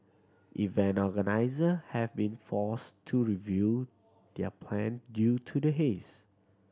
event organiser have been forced to review their plan due to the haze